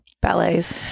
ballets